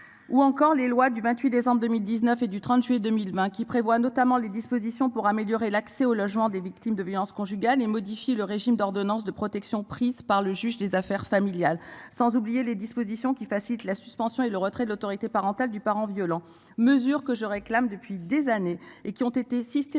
Ou encore les lois du 28 décembre 2019 et du 30 juillet 2020 qui prévoit, notamment, les dispositions pour améliorer l'accès au logement des victimes de violences conjugales et modifier le régime d'ordonnance de protection prise par le juge des affaires familiales sans oublier les dispositions qui facilite la suspension et le retrait de l'autorité parentale du parent violent mesures que je réclame depuis des années et qui ont été systématiquement